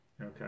Okay